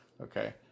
Okay